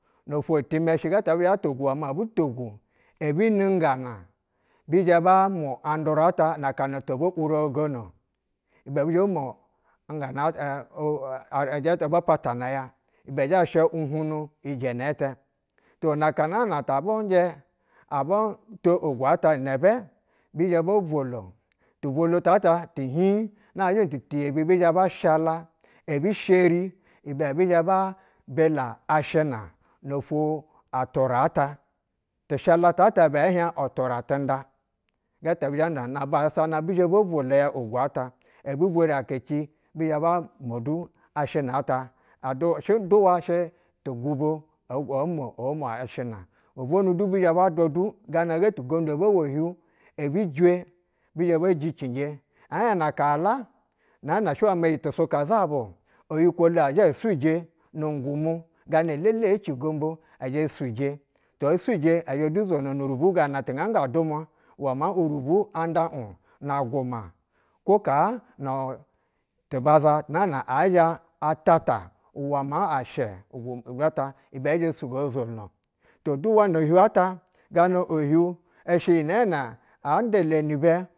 Nofwo itɛmɛ shɛ uwɛtɛ ɛbi zhɛ bata ogwu uwɛ ma obu to ogwu ehi ni ngana bi zhɛ bo mwo anduru ta na kanato bo wurogono ibɛ bi ngana ɛ u ijɛtɛ ba patina ya ibɛ zhɛ sha uhunnu ijɛnɛ tɛ. To naka naana ta bu ujɛ abu to ogwu ata ni inɛbɛ bi zhɛ bo bwolo tu vwolu tatati hiy nazhɛ titiyebi bizhɛ ba shala, ebi sheri ibɛ bizhɛ ba bila ashina nofwo atura ta tishala taata ibɛ hiɛy utura tinda ajɛta bi zhɛ nana naba sasa na bi zhɛ bo vwolu ya ogwu ata, aka ci bizhɛ bo mwo du ashina ta adu shɛ duwa shɛ tu gubo omwo ashina gobwonu du bizhɛ ba dwa du gana be tu gondu ebe wo ohiu, ebu jwe, bi zhɛ be jianje. ɛhiɛh na kala nɛɛne shɛ ma iyi tu suka zaba-o, oyikwo la zha esuje no ngumu ganalele eci gombo ɛzhɛ suje esuje ɛ zhɛ du zwo ihu rubu ganana tu nga ga dumwa maa urubwu auda ub na guma kwo kaa nu tuba za nsana ɛzhɛ ɛtata uwɛ ushɛ u ijɛtɛ ibɛ ɛzhɛ o sugo a zwono duwa no hiu ata gana din i shɛ iyi nɛɛ nɛ anda le nibɛ.